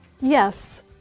Yes